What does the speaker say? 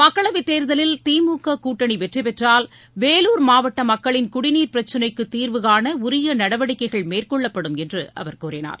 மக்களவை தேர்தலில் திமுக கூட்டணி வெற்றி பெற்றால் வேலூர் மாவட்ட மக்களின் குடிநீர் பிரக்னைக்கு தீர்வுகாண உரிய நடவடிக்கைகள் மேற்கொள்ளப்படும் என்று அவர் கூறினார்